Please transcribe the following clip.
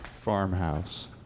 farmhouse